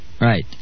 right